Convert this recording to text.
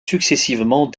successivement